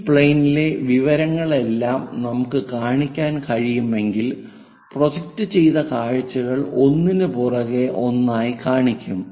ഈ പ്ലെയിനിലെ വിവരങ്ങളെല്ലാം നമുക്ക് കാണിക്കാൻ കഴിയുമെങ്കിൽ പ്രൊജക്റ്റ് ചെയ്ത കാഴ്ചകൾ ഒന്നിനുപുറകെ ഒന്നായി കാണിക്കും